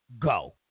go